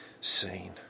seen